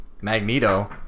Magneto